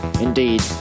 Indeed